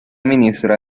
ministra